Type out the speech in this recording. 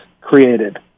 created